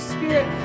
Spirit